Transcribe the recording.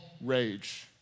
rage